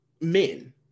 men